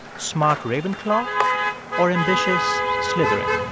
smart ravenclaw or ambitious slytherin?